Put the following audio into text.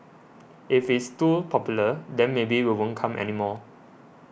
if it's too popular then maybe we won't come anymore